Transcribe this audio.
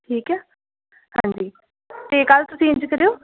ਠੀਕ ਹੈ ਹਾਂਜੀ ਅਤੇ ਕੱਲ੍ਹ ਤੁਸੀਂ ਇੰਝ ਕਰਿਓ